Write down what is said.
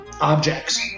objects